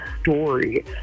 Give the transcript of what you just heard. story